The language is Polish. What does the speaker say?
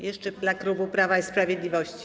Jeszcze czas dla klubu Prawa i Sprawiedliwości.